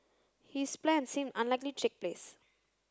his plans seem unlikely take place